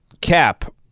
Cap